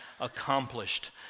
accomplished